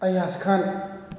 ꯑꯌꯥꯁ ꯈꯥꯟ